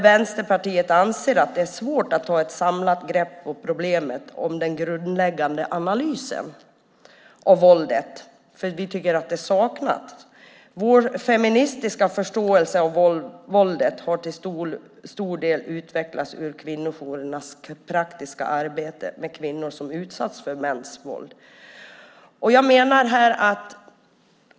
Vänsterpartiet anser att det är svårt att ta ett samlat grepp på problemet om den grundläggande analysen av våldet saknas. Vår feministiska förståelse av våldet har till stor del utvecklats ur kvinnojourernas praktiska arbete med kvinnor som utsatts för mäns våld.